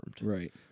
Right